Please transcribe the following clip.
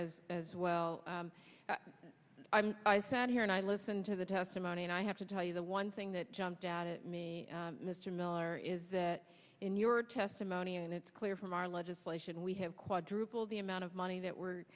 as as well i sat here and i listened to the testimony and i have to tell you the one thing that jumped out at me mr miller is that in your testimony and it's clear from our legislation we have quadrupled the amount of money that we're